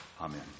Amen